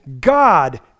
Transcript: God